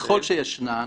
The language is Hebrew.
ככל שישנן